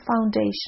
foundation